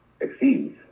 exceeds